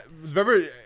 Remember